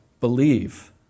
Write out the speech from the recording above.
Believe